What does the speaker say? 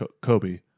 kobe